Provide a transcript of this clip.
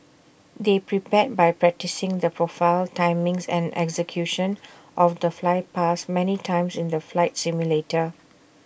they prepared by practising the profile timings and execution of the flypast many times in the flight simulator